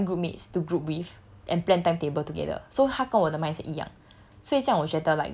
thinks that we should find group mates to group with and plan timetable together so 他跟我的 mindset 一样